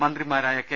മന്ത്രിമാരായ കെ